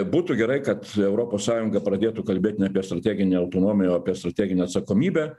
būtų gerai kad europos sąjunga pradėtų kalbėt ne apie strateginę autonomiją o apie strateginę atsakomybę